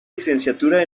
licenciatura